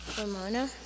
Ramona